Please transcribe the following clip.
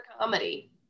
comedy